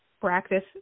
practice